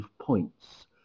points